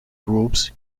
groups